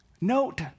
Note